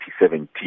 2017